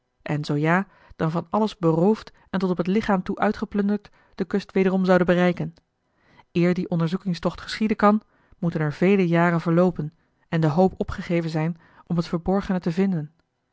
en zoo ja dan van alles beroofd en tot op het lichaam toe uitgeplunderd de kust wederom zouden bereiken eer die onderzoekingstocht geschieden kan moeten er vele jaren verloopen en de hoop opgegeven zijn om het verborgene te vinden